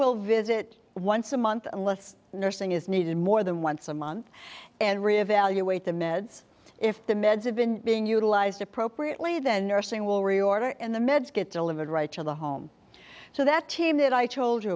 will visit once a month unless nursing is needed more than once a month and revaluate the meds if the meds have been being utilized appropriately then nursing will reorder and the meds get delivered right to the home so that team that i told you